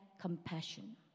compassion